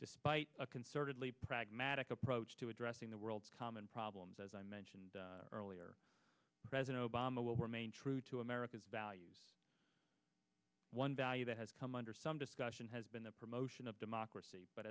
despite a concerted leap pragmatic approach to addressing the world's common problems as i mentioned earlier president obama will remain true to america's values one value that has come under some discussion has been the promotion of democracy but